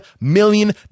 million